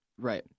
Right